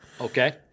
okay